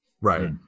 right